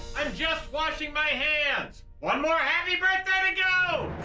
i'm just washing my hands, one more happy birthday to go!